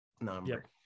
number